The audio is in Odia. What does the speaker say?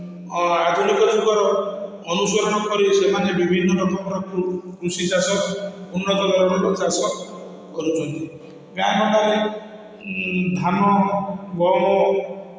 ଆଉ ଆଧୁନିକ ଯୁଗର ଅନୁସରଣ କରି ସେମାନେ ବିଭିନ୍ନ ରକମର କୃଷିଚାଷ ଉନ୍ନତଧରଣର ଚାଷ କରୁଛନ୍ତି ଗାଁ ଗଣ୍ଡାରେ ଧାନ ଗହମ